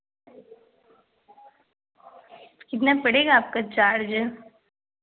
कितना पड़ेगा आपका चार्ज